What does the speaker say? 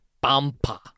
bumper